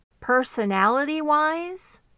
Personality-wise